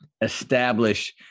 establish